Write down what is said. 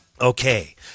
Okay